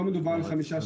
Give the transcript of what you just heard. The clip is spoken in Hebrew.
לא מדובר על חמישה שקלים,